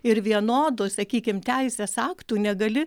ir vienodų sakykim teisės aktų negali